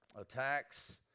Attacks